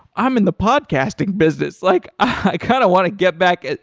i'm in the podcasting business. like i kind of want to get back and,